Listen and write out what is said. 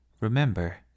Remember